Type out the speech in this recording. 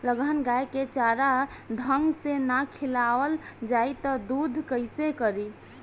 लगहर गाय के चारा ढंग से ना खियावल जाई त दूध कईसे करी